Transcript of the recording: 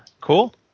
cool